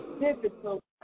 difficult